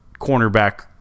cornerback